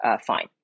fine